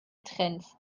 trends